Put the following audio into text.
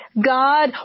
God